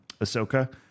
Ahsoka